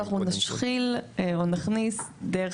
אין פה שום דבר שאנחנו נשחיל או נכניס דרך